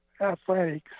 athletics